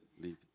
leave